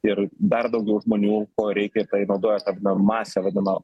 ir dar daugiau žmonių ko reikia kai naudoja tą masę vadinamą